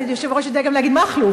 היושב-ראש יודע גם להגיד מכלוף.